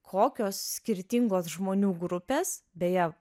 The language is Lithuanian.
kokios skirtingos žmonių grupės beje